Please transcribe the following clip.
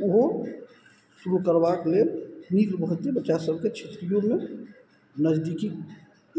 ओहो शुरु करबाक लेल नीक रहतय बच्चा सबके क्षेत्रियोमे नजदीकी